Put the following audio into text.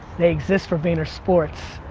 they exist for vaynersports.